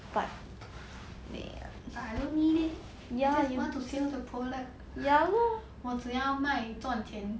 I don't mean it you want to say like a pro like 我只要卖赚钱